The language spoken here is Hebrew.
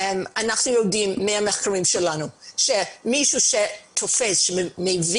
אנחנו יודעים מהמחקרים שלנו שמישהו שיודע מהי